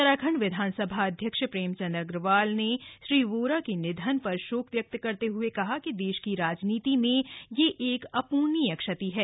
उत्तराखंड विधानसभा अध्यक्ष प्रेमचंद अग्रवाल ने श्री वोरा के निधन पर शोक व्यक्त करते हुए कहा कि देश की राजनीति में यह एक अप्रणीय क्षति है